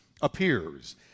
appears